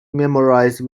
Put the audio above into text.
memorize